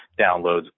downloads